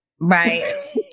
right